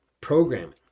programming